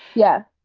yeah.